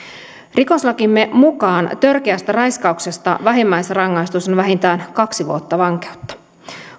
rikoslakimme mukaan törkeästä raiskauksesta vähimmäisrangaistus on vähintään kaksi vuotta vankeutta